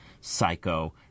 Psycho